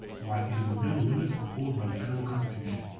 why it is within the limits imposed by the federal constitution,